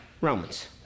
Romans